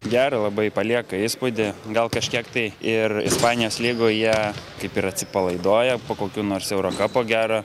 gerą labai palieka įspūdį gal kažkiek tai ir ispanijos lygoje kaip ir atsipalaiduoja po kokio nors euro kapo gero